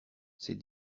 ces